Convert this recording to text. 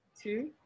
two